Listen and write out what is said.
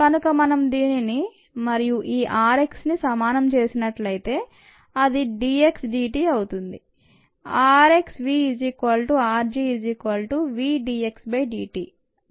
కనుక మనం దీనిని మరియు ఈ r x ని సమానం చేసినట్లయితే అది d x dt అవుతుంది